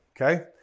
Okay